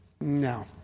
no